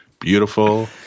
beautiful